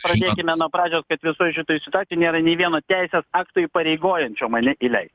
pradėkime nuo pradžios kad visoj šitoj situacijoj nėra nei vieno teisės akto įpareigojančio mane įleist